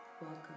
Welcome